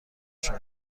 شما